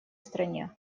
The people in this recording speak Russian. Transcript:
стране